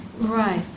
Right